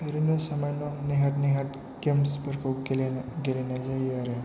ओरैनो सामान्य नेहाद नेहाद गेम्सफोरखौल' गेलेनो गेलेनाय जायो आरो